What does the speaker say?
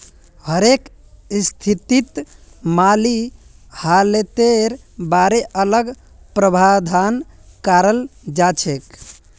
हरेक स्थितित माली हालतेर बारे अलग प्रावधान कराल जाछेक